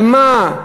על מה?